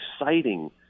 exciting